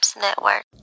Network